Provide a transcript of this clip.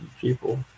people